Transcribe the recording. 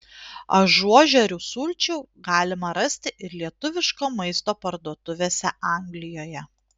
ažuožerių sulčių galima rasti ir lietuviško maisto parduotuvėse anglijoje